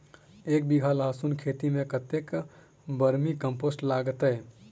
एक बीघा लहसून खेती मे कतेक बर्मी कम्पोस्ट लागतै?